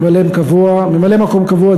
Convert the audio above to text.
ממלא-מקום קבוע,